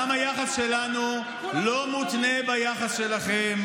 גם היחס שלנו לא מותנה ביחס שלכם.